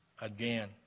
again